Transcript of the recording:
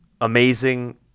amazing